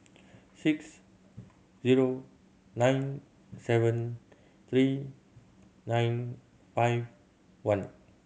six zero nine seven three nine five one